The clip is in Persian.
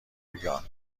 ریگان